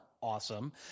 awesome